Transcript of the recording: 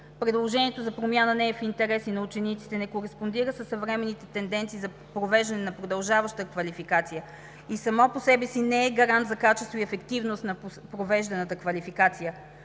Предложението за промяна не е в интерес и на учениците, не кореспондира със съвременните тенденции за провеждане на продължаваща квалификация и само по себе си не е гарант за качество и ефективност на провежданата квалификация.